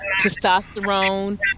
testosterone